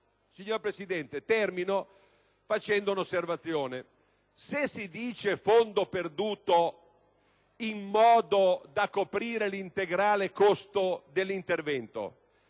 Signor Presidente, termino con un'osservazione. Se si dice «fondo perduto» per coprire l'integrale costo dell'intervento,